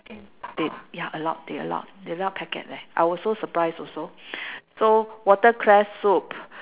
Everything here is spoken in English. they ya alowed they allowed they allow packet leh I was so surprised also so watercress soup